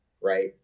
right